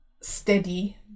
steady